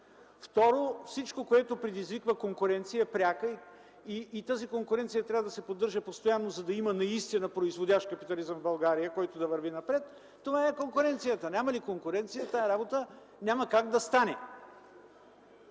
Второ, всичко, което предизвиква пряка конкуренция и тази конкуренция трябва да се поддържа постоянно, за да има наистина произвеждащ капитализъм в България, който да върви напред – това е конкуренцията. Няма ли конкуренция, тази работа няма как да стане.